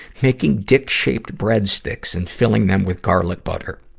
making dick-shaped breadsticks and filling them with garlic butter.